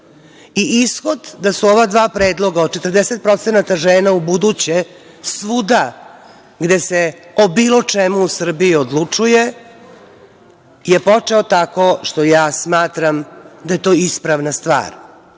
ishod da su ova dva predloga od 40% žena ubuduće svuda gde se o bilo čemu u Srbiji odlučuje je počeo tako što smatram da je to ispravna stvar.